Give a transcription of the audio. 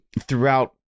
throughout